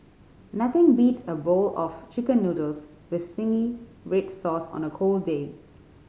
nothing beats a bowl of Chicken Noodles with zingy red sauce on a cold day